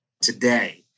today